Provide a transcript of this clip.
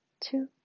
Two